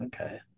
okay